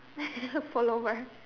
fall over